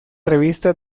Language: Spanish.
revista